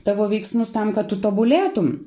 tavo veiksmus tam kad tu tobulėtum